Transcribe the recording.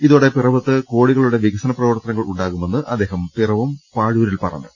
ഇതോടെ പിറവത്ത് കോടികളുടെ വികസന പ്രവർത്തനങ്ങൾ ഉണ്ടാ കുമെന്ന് അദ്ദേഹം പിറവം പാഴൂരിൽ പറഞ്ഞു